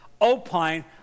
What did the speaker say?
opine